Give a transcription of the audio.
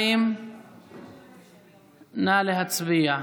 2. נא להצביע.